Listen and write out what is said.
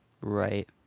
Right